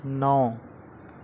ਨੌਂ